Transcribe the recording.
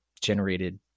generated